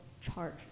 charge